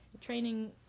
training